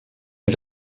met